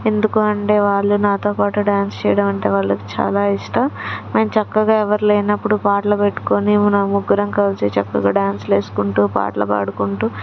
ఎందుకు అంటే వాళ్ళు నాతో పాటు డ్యాన్స్ చేయడం అంటే వాళ్ళకి చాలా ఇష్టం మేము చక్కగా ఎవరు లేనప్పుడు పాటలు పెట్టుకుని మనం ముగ్గురం కలిసి చక్కగా డ్యాన్స్లు వేసుకుంటు చక్కగా పాటలు పాడుకుంటు